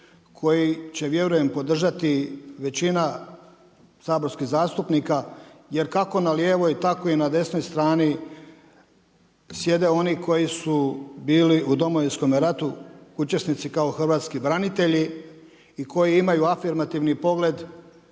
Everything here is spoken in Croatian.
koji će vjerujem podržati većina saborskih zastupnika jer kako na lijevoj tako i na desnoj strani, sjede oni koji su bili u Domovinskom ratu učesnici kao hrvatski branitelji i koji imaju afirmativni pogled